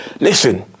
Listen